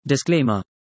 Disclaimer